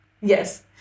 Yes